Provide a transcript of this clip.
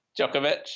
Djokovic